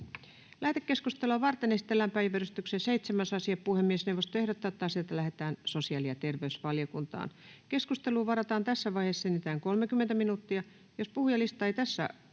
Lähetekeskustelua varten esitellään päiväjärjestyksen 7. asia. Puhemiesneuvosto ehdottaa, että asia lähetetään sosiaali- ja terveysvaliokuntaan. Keskusteluun varataan tässä vaiheessa enintään 30 minuuttia.